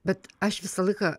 bet aš visą laiką